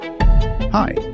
Hi